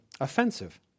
offensive